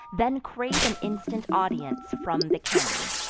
then crave an instant audience from the king.